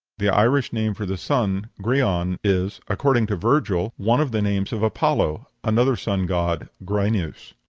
the irish name for the sun, grian, is, according to virgil, one of the names of apollo another sun-god, gryneus.